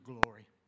glory